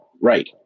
right